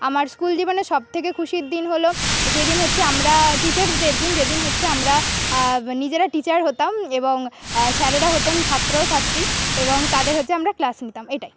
আমার স্কুল জীবনের সবথেকে খুশির দিন হল যেদিন হচ্ছে আমরা টিচার্সদের দিন যেদিন হচ্ছে আমরা নিজেরা টিচার হতাম এবং স্যারেরা হতেন ছাত্র ছাত্রী এবং তাদের হচ্ছে আমরা ক্লাস নিতাম এটাই